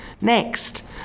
Next